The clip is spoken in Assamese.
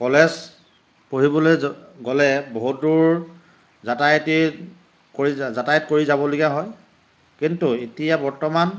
কলেজ পঢ়িবলৈ গ'লে বহু দূৰ যাতায়তী যাতায়ত কৰি যাবলগীয়া হয় কিন্তু এতিয়া বৰ্তমান